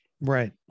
Right